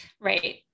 Right